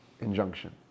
injunction